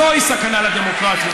זוהי סכנה לדמוקרטיה.